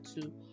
two